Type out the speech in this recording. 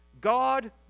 God